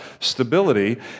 stability